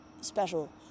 Special